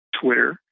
Twitter